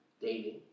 dating